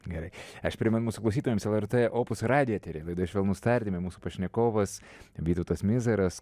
gerai aš primenu mūsų klausytojams lrt opus radijo eteryje laida švelnūs tardymai mūsų pašnekovas vytautas mizaras